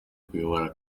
kuyobora